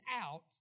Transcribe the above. out